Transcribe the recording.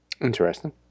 Interesting